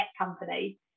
company